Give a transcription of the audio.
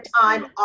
time